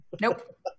Nope